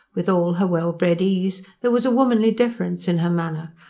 with all her well-bred ease, there was a womanly deference in her manner,